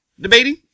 debating